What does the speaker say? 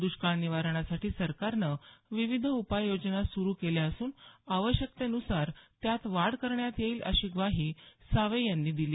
दष्काळ निवारणासाठी सरकारनं विविधउपाययोजना सुरू केल्या असून आवश्यकतेनुसार त्यात वाढ करण्यात येईल अशी ग्वाही सावे यांनी पत्रकारांशी बोलताना दिली